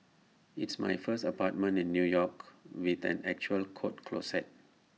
it's my first apartment in new york with an actual coat closet